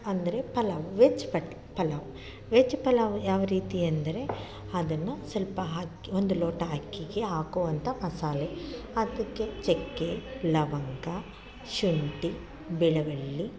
ಅಂದರೆ ಪಲಾವು ವೆಜ್ ಪಟ್ ಪಲಾವು ವೆಜ್ ಪಲಾವು ಯಾವ ರೀತಿ ಅಂದರೆ ಅದನ್ನು ಸ್ವಲ್ಪ ಹಾಕಿ ಒಂದು ಲೋಟ ಅಕ್ಕಿಗೆ ಹಾಕುವಂಥ ಮಸಾಲೆ ಅದಕ್ಕೆ ಚಕ್ಕೆ ಲವಂಗ ಶುಂಠಿ ಬೆಳ್ಳುಳ್ಳಿ